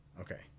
Okay